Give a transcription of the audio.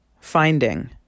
Finding